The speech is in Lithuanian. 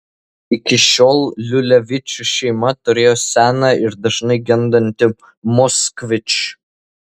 iki šiol liulevičių šeima turėjo seną ir dažnai gendantį moskvič